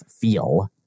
feel